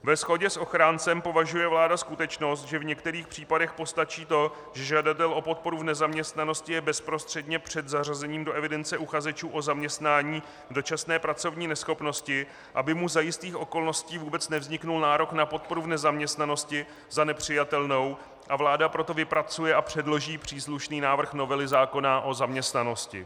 Ve shodě s ochráncem považuje vláda skutečnost, že v některých případech postačí to, že žadatel o podporu v nezaměstnanosti je bezprostředně před zařazením do evidence uchazečů o zaměstnání v dočasné pracovní neschopnosti, aby mu za jistých okolností vůbec nevznikl nárok na podporu v nezaměstnanosti, za nepřijatelnou, a vláda proto vypracuje a předloží příslušný návrh novely zákona o zaměstnanosti.